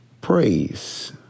praise